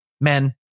Men